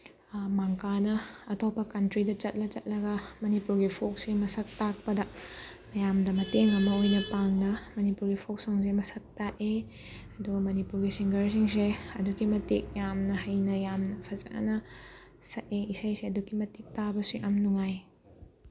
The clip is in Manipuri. ꯃꯪꯀꯥꯅ ꯑꯇꯣꯞꯄ ꯀꯟꯇ꯭ꯔꯤꯗ ꯆꯠꯂ ꯆꯠꯂꯒ ꯃꯅꯤꯄꯨꯔꯒꯤ ꯐꯣꯛꯁꯦ ꯃꯁꯛ ꯇꯥꯛꯄꯗ ꯃꯌꯥꯝꯗ ꯃꯇꯦꯡ ꯑꯃ ꯑꯣꯏꯅ ꯄꯥꯡꯅ ꯃꯅꯤꯄꯨꯔꯒꯤ ꯐꯣꯛ ꯁꯣꯡꯁꯦ ꯃꯁꯛ ꯇꯥꯛꯑꯦ ꯑꯗꯣ ꯃꯅꯤꯄꯨꯔꯒꯤ ꯁꯤꯡꯒꯔꯁꯤꯡꯁꯦ ꯑꯗꯨꯛꯀꯤ ꯃꯇꯤꯛ ꯌꯥꯝꯅ ꯍꯩꯅ ꯌꯥꯝꯅ ꯐꯖꯅ ꯁꯛꯑꯦ ꯏꯁꯩꯁꯦ ꯑꯗꯨꯛꯀꯤ ꯃꯇꯤꯛ ꯇꯥꯕꯁꯨ ꯌꯥꯝ ꯅꯨꯡꯉꯥꯏ